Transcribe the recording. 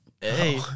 Hey